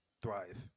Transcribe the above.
thrive